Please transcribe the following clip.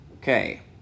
Okay